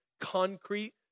concrete